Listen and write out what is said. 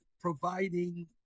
providing